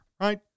right